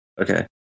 okay